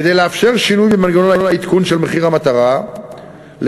כדי לאפשר שינוי במנגנון העדכון של מחיר המטרה לשם